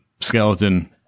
skeleton